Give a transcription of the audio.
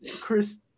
Chris